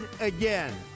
again